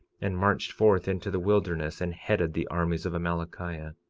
and marched forth into the wilderness, and headed the armies of amalickiah.